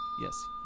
Yes